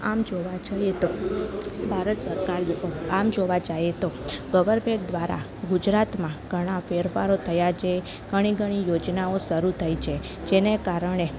આમ જોવા જઈએ તો ભારત સરકાર આમ જોવા જાઈએ તો ગવર્મેન્ટ દ્વારા ગુજરાતમાં ઘણાં ફેરફારો થયાં છે ઘણી ઘણી યોજનાઓ શરૂ થઈ છે જેને કારણે